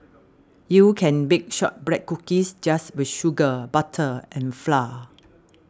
you can bake Shortbread Cookies just with sugar butter and flour